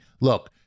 Look